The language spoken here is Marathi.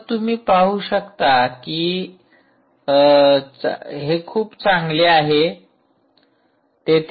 आता तुम्ही पाहू शकता कि हे खूप चांगले आहे